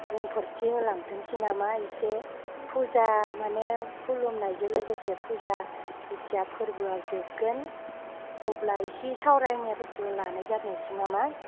बुंफोरथि होलांथोंसै नामा इसे फुजा माने खुलुमनायजों लोगोसे फुजा जेथिया फोरबाआ जोबगोन अब्ला एसे सावरायनायफोरखौ लानाय जाथोंसै नामा